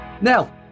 Now